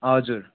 हजुर